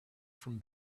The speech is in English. from